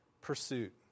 pursuit